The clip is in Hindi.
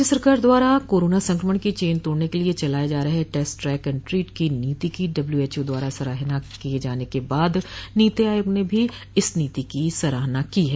राज्य सरकार द्वारा कोरोना संक्रमण की चेन तोड़ने के लिये चलाये जा रहे टेस्ट ट्रेक और ट्रीट की नीति की डल्ब्यूएचओ द्वारा सराहे जाने के बाद नीति आयोग ने भी इस नीति की सराहना की है